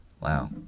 Wow